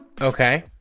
okay